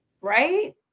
Right